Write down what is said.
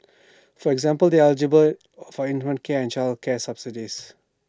for example they are eligible for infant care and childcare subsidies